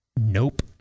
Nope